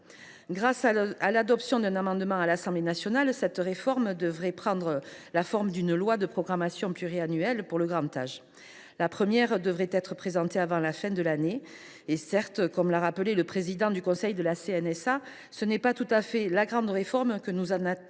Grâce à l’adoption d’un amendement à l’Assemblée nationale, cette réforme devrait prendre la forme d’une loi de programmation pluriannuelle pour le grand âge, la première, qui devrait être présentée avant la fin de l’année. Certes, comme l’a rappelé le président du conseil de la CNSA, ce n’est pas tout à fait la grande réforme que nous attendions.